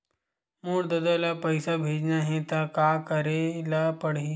मोर ददा ल पईसा भेजना हे त का करे ल पड़हि?